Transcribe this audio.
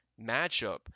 matchup